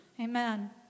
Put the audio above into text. Amen